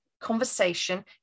conversation